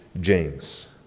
James